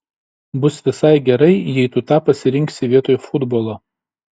bus visai gerai jei tu tą pasirinksi vietoj futbolo